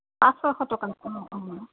পাঁচ ছয়শ টকা অঁ অঁ